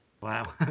wow